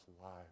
alive